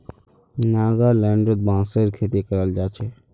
नागालैंडत बांसेर खेती कराल जा छे